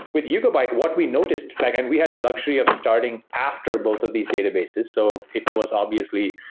with yugabyte, what we noticed like and we had the luxury of starting after both of these databases. so it was obviously,